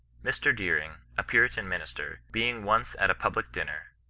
mr. beering, a puritan minister, being once at a pub lic dinner,